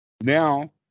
Now